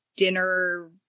dinner